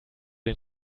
den